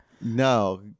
no